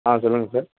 ஆ சொல்லுங்காள் சார்